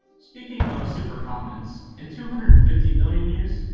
speaking of super continents, in two hundred and fifty million years,